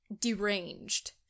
deranged